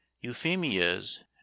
EUPHEMIA'S